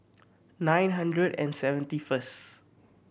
nine hundred and seventy first